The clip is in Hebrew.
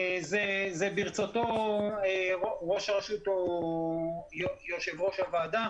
ברצות ראש הרשות או יושב ראש הוועדה,